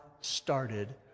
started